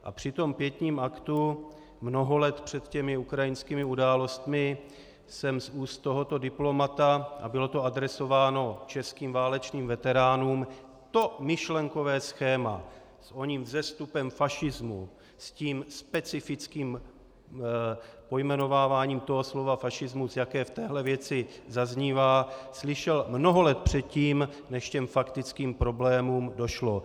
A při tom pietním aktu, mnoho let před těmi ukrajinskými událostmi, jsem z úst tohoto diplomata, a bylo to adresováno českým válečným veteránům, to myšlenkové schéma, s oním vzestupem fašismu, s tím specifickým pojmenováváním toho slova fašismus, jaké v téhle věci zaznívá, slyšel mnoho let předtím, než k těm faktickým problémům došlo.